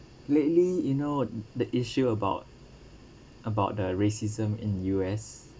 lately you know the issue about about the racism in U_S